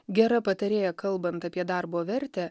gera patarėja kalbant apie darbo vertę